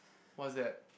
what's that